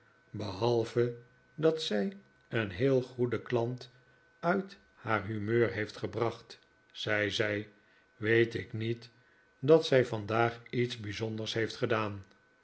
behalve dat zij een heel goede kjant uit haar humeur heeft gebracht zei zij weet ik niet dat zij vandaag iets bijzonders heeft gedaan